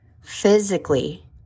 physically